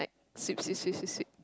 sweep sweep sweep sweep sweep